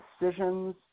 decisions